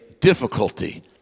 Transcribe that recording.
difficulty